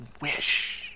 wish